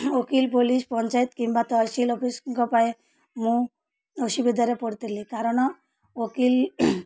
ଓକିଲ ପୋଲିସ ପଞ୍ଚାୟତ କିମ୍ବା ତହସଲ ଅଫିସ୍ଙ୍କ ପାଇଁ ମୁଁ ଅସୁବିଧାରେ ପଡ଼ିଥିଲି କାରଣ ଓକିଲ